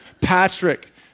Patrick